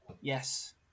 Yes